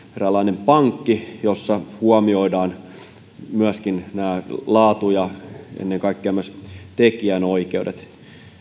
eräänlainen pankki jossa huomioidaan laatu ja ennen kaikkea myös tekijänoikeudet